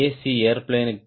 c airplane C